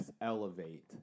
elevate